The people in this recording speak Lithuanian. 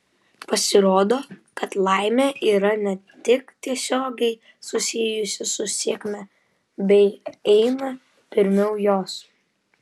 pasirodo kad laimė yra ne tik tiesiogiai susijusi su sėkme bei eina pirmiau jos